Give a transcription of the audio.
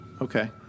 Okay